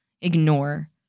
ignore